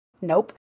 Nope